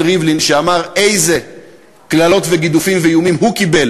ריבלין שאמר איזה קללות וגידופים ואיומים הוא קיבל